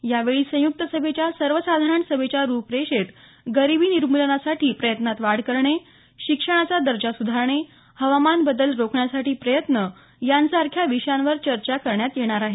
या वेळी संयुक्त सभेच्या सर्वसाधारण सभेच्या रुपरेषेत गरिबी निर्मुलनासाठी प्रयत्नांत वाढ करणे शिक्षणाचा दर्जा सुधारणे हवामान बदल रोखण्यासाठी प्रयत्न यासांरख्या विषयांवर चर्चा करण्यात येणार आहे